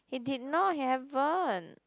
he did not haven't